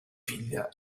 figlia